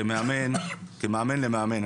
כמאמן למאמן.